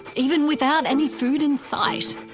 even without any food in sight.